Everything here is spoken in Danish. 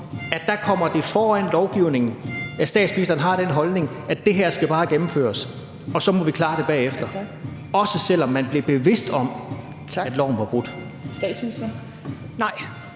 det dér kommer foran lovgivningen, at statsministeren har den holdning, at det her bare skal gennemføres, og at vi så må klare det bagefter, også selv om man blev bevidst om, at loven var brudt? Kl.